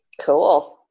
Cool